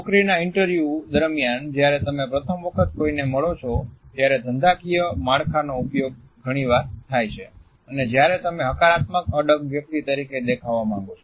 નોકરીના interview દરમિયાન જ્યારે તમે પ્રથમ વખત કોઈને મળો છો ત્યારે ધંધાકીય માળખાનો ઉપયોગ ઘણીવાર થાય છે અને જ્યારે તમે હકારાત્મક અડગ વ્યક્તિ તરીકે દેખાવા માંગો છો